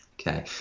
Okay